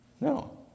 No